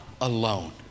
alone